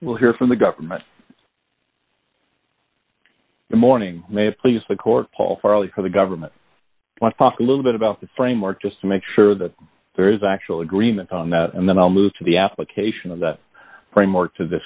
we'll hear from the government the morning may please the court paul farley for the government a little bit about the framework just to make sure that there is actual agreement on that and then i'll move to the application of that framework to this